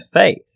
faith